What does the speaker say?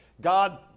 God